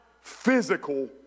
physical